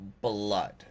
blood